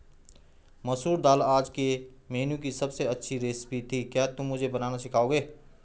मसूर दाल आज के मेनू की अबसे अच्छी रेसिपी थी क्या तुम मुझे बनाना सिखाओंगे?